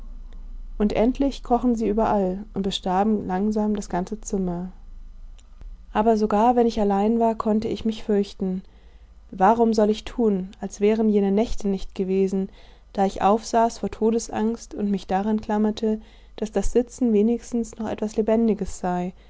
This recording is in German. und endlich krochen sie überall und bestarben langsam das ganze zimmer aber sogar wenn ich allein war konnte ich mich fürchten warum soll ich tun als wären jene nächte nicht gewesen da ich aufsaß vor todesangst und mich daran klammerte daß das sitzen wenigstens noch etwas lebendiges sei